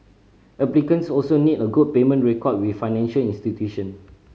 applicants also need a good payment record with financial institution